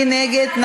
מי נגד?